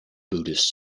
buddhist